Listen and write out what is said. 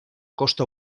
costa